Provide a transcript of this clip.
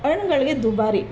ಹಣ್ಣುಗಳಿಗೆ ದುಬಾರಿ